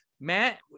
matt